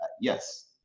Yes